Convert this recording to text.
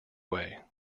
way